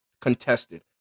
contested